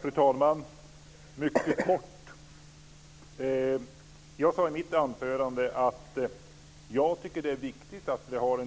Fru talman! Mycket kort: Jag sade i mitt anförande att jag tycker att det är viktigt att vi har